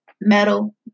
Metal